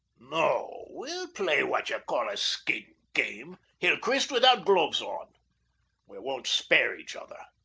no we'll play what ye call a skin game, hillcrist, without gloves on we won't spare each other.